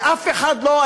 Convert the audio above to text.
ואף אחד לא,